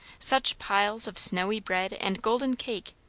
such piles of snowy bread and golden cake,